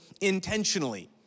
intentionally